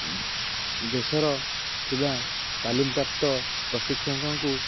ଦେଶର ଥିବା ତାଲିମପ୍ରାପ୍ତ ପ୍ରଶିକ୍ଷକଙ୍କୁ